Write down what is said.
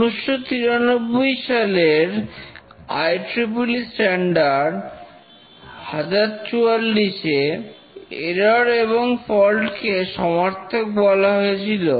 1993সালের ieee standard 1044 এ error এবং fault কে সমার্থক বলা হয়েছিল